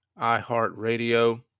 iHeartRadio